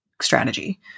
strategy